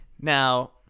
Now